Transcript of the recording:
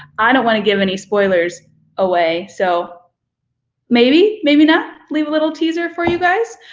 i don't want to give any spoilers away, so maybe, maybe not, leave a little teaser for you guys.